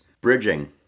bridging